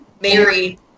married